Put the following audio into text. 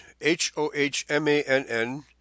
H-O-H-M-A-N-N